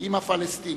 עם הפלסטינים.